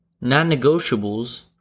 non-negotiables